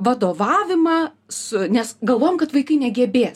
vadovavimą su nes galvojam kad vaikai negebės